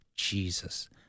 Jesus